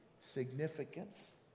significance